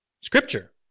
scripture